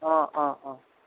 অঁ অঁ অঁ